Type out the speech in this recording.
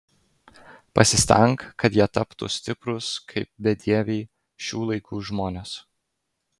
pasistenk kad jie taptų stiprūs kaip bedieviai šių laikų žmonės